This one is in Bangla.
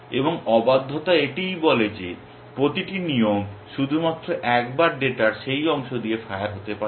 এবং অবাধ্যতা এটিই বলে যে প্রতিটি নিয়ম শুধুমাত্র একবার ডেটার সেই অংশ দিয়ে ফায়ার হতে পারে